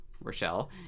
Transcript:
Rochelle